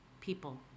people